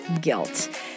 Guilt